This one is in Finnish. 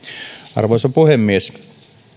arvoisa puhemies